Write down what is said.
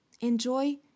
Enjoy